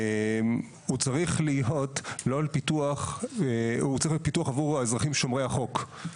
הוא צריך להיות פיתוח עבור האזרחים שומרי החוק.